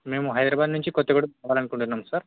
మేము హైదరాబాద్ నుంచి కొత్తగూడెం రావాలనుకుంటున్నాం సార్